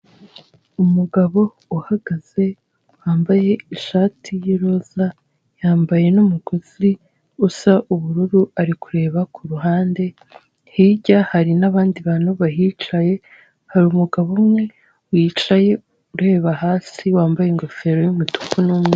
Umugabo uhagaze wambaye ishati y'iroza yambaye n'umugozi usa ubururu ari kureba ku ruhande hirya hari n'abandi bantu bahicaye hari umugabo umwe wicaye ureba hasi wambaye ingofero y'umutuku n'umweru.